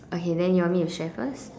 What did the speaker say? okay then you want me to share first